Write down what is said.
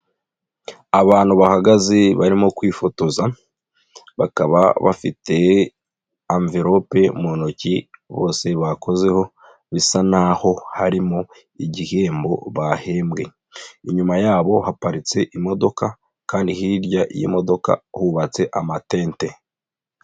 Abantu bahagaze barimo kwifotoza, bakaba bafite amverope mu ntoki bose bakozeho, bisa n'aho harimo igihembo bahembwe. Inyuma yabo haparitse imodoka kandi hirya y'imodoka hubatse amatente.